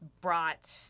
brought